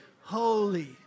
holy